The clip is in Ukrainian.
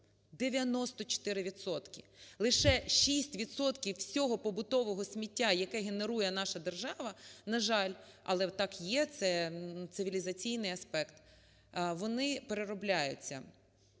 6 відсотків всього побутового сміття, яке генерує наша держава, на жаль, але так є це цивілізаційний аспект, вони переробляються.